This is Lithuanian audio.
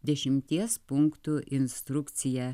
dešimties punktų instrukcija